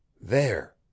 There